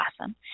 awesome